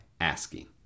asking